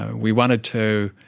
we wanted to